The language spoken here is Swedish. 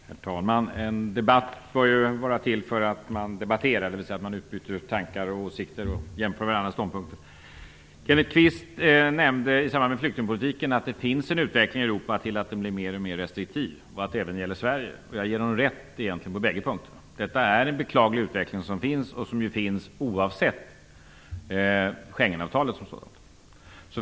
Herr talman! En debatt bör vara till för att man skall debattera, dvs. att man utbyter tankar och åsikter och jämför varandras ståndpunkter. Kenneth Kvist nämnde i samband med flyktingpolitiken att det finns en utveckling i Europa till att flyktingpolitiken blir alltmer restriktiv, och att detta även gäller Sverige. Jag ger honom rätt på båda punkterna. Detta är en beklaglig utveckling, och den sker oavsett Schengenavtalet.